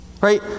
Right